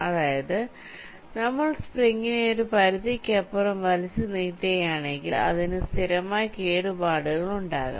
അതായത് നമ്മൾ സ്പ്രിങ്ങിനെ ഒരു പരിധിക്കപ്പുറം വലിച്ചു നീട്ടുകയാണെങ്കിൽ അതിനു സ്ഥിരമായ കേടുപാടുകൾ ഉണ്ടാകാം